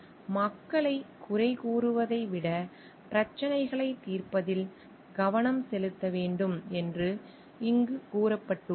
எனவே மக்களைக் குறை கூறுவதை விட பிரச்சினைகளைத் தீர்ப்பதில் கவனம் செலுத்த வேண்டும் என்று இங்கு கூறப்பட்டுள்ளது